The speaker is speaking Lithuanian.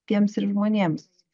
tiems ir žmonėms